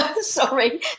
Sorry